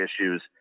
issues